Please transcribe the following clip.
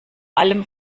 allem